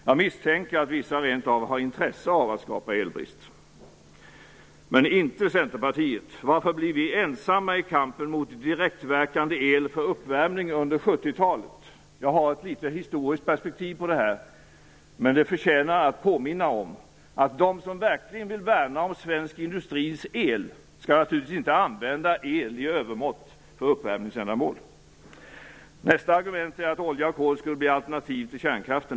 Jag misstänker att vissa rent av har intresse av att skapa elbrist - men inte Centerpartiet. Varför blev vi ensamma i kampen mot direktverkande el för uppvärmning under 70-talet? Jag har ett historiskt perspektiv på det här. Det förtjänar att påminnas om att de som verkligen vill värna om svensk industris el naturligtvis inte skall använda el i övermått för uppvärmningsändamål. Nästa argument är att olja och kol skulle bli alternativ till kärnkraften.